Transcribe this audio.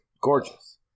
gorgeous